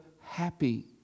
happy